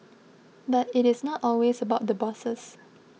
but it is not always about the bosses